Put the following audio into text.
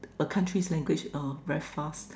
a country's language orh very fast